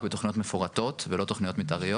בתוכניות מפורטות ולא תוכניות מתאריות.